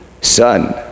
son